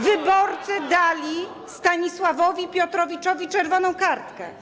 Wyborcy dali Stanisławowi Piotrowiczowi czerwoną kartkę.